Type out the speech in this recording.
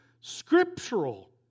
scriptural